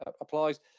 applies